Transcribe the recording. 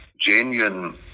genuine